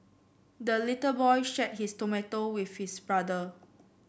the little boy shared his tomato with his brother